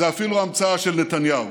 זאת אפילו ההמצאה של נתניהו.